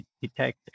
detect